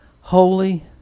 holy